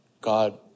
god